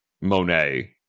Monet